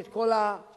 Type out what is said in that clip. ואת כל הסיבות